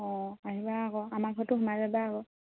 অঁ আহিবা আকৌ আমাৰ ঘৰতো সোমাই যাবা আকৌ